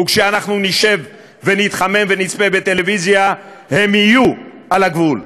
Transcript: כשאנחנו נשב ונתחמם ונצפה בטלוויזיה הם יהיו על הגבול.